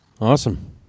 Awesome